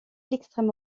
l’extrême